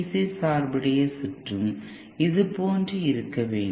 C சார்புடைய சுற்றும் இதுபோன்று இருக்க வேண்டும்